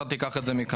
אתה תיקח את זה מכאן.